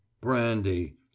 brandy